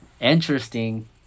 interesting